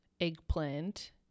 eggplant